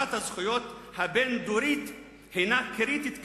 העברת הזכויות הבין-דורית הינה קריטית כיום,